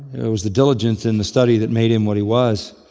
it was the diligence in the study that made him what he was.